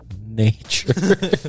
nature